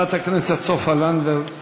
חברת הכנסת סופה לנדבר,